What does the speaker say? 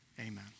amen